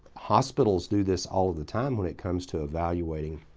hospitals do this all the time when it comes to evaluating